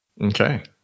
Okay